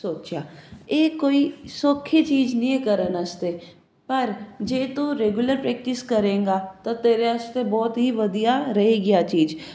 ਸੋਚਿਆ ਇਹ ਕੋਈ ਸੌਖੀ ਚੀਜ਼ ਨਹੀਂ ਇਹ ਕਰਨ ਵਾਸਤੇ ਪਰ ਜੇ ਤੂੰ ਰੈਗੂਲਰ ਪ੍ਰੈਕਟਿਸ ਕਰੇਗਾ ਤਾਂ ਤੇਰੇ ਵਾਸਤੇ ਬਹੁਤ ਹੀ ਵਧੀਆ ਰਹੇਗੀ ਐ ਚੀਜ਼